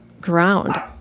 ground